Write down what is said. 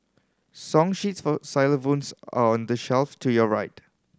song sheets for xylophones are on the shelf to your right